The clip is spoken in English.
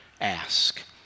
ask